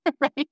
right